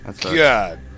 God